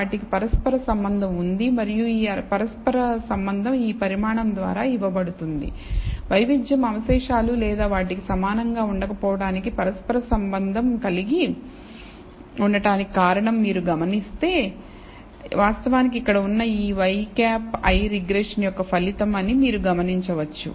వాటికి పరస్పర సంబంధం ఉంది మరియు ఈ పరస్పర సంబంధం ఈ పరిమాణం ద్వారా ఇవ్వబడుతుంది వైవిధ్యం అవశేషాలు లేదా వాటికి సమానంగా ఉండకపోవటానికి పరస్పర సంబంధం కలిగి ఉండటానికి కారణంమీరు గమనిస్తే వాస్తవానికిఇక్కడ ఉన్న ఈ ŷi రిగ్రెషన్ యొక్క ఫలితం అని మీరు గమనించవచ్చు